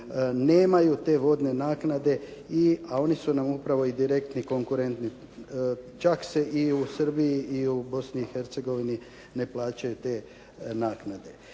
nemaju te vodne naknade, a oni su nam direktni konkurenti. Čak se i u Srbiji i u Bosni i Hercegovini ne plaćaju te naknade.